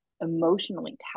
emotionally